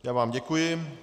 Já vám děkuji.